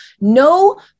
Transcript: No